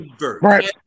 Right